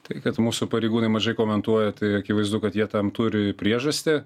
tai kad mūsų pareigūnai mažai komentuoja tai akivaizdu kad jie tam turi priežastį